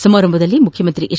ಸಮಾರಂಭದಲ್ಲಿ ಮುಖ್ಯಮಂತ್ರಿ ಎಚ್